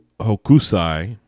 Hokusai